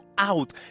out